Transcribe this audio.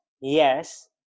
Yes